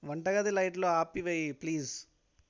వంట గది లైట్లు ఆపివెయ్యి ప్లీజ్